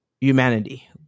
humanity